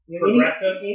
Progressive